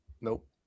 Nope